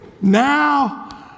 Now